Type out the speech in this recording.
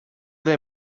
they